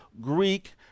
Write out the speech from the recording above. Greek